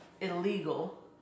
illegal